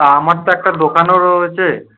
তা আমার তো একটা দোকানও রয়েছে